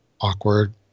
awkward